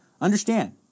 understand